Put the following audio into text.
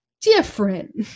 different